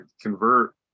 convert